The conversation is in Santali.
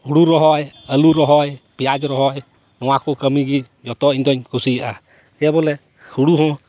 ᱦᱳᱲᱳ ᱨᱚᱦᱚᱭ ᱟᱞᱩ ᱨᱚᱦᱚᱭ ᱯᱮᱭᱟᱸᱡᱽ ᱨᱚᱦᱚᱭ ᱱᱚᱣᱟ ᱠᱚ ᱠᱟᱹᱢᱤᱜᱮ ᱡᱚᱛᱚ ᱤᱧ ᱫᱚᱹᱧ ᱠᱩᱥᱤᱭᱟᱜᱼᱟ ᱡᱮᱵᱚᱞᱮ ᱦᱳᱲᱳ ᱦᱚᱸ